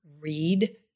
read